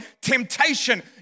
temptation